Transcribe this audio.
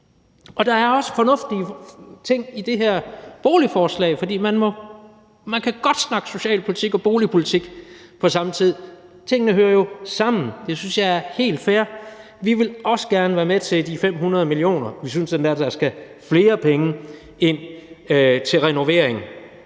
Der er også fornuftige ting i det her boligforslag, for man kan godt snakke socialpolitik og boligpolitik på samme tid – tingene hører jo sammen – det synes jeg er helt fair. Vi vil også gerne være med til de 500 mio. kr., og vi synes endda, der skal flere penge ind til renovering,